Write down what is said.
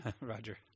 Roger